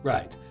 Right